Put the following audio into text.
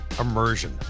Immersion